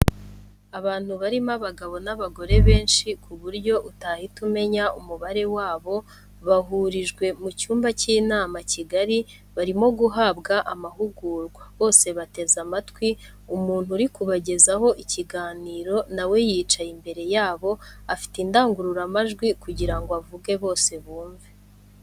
Abantu barimo abagabo n'abagore benshi ku buryo utahita umenya umubare wabo, bahurijwe mu cyumba cy'inama kigari barimo guhabwa amahugurwa, bose bateze amatwi umuntu uri kubagezaho ikiganiro nawe yicaye imbere yabo afite indangururamajwi kugirango avuge bose bumve.